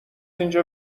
اینجا